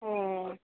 ए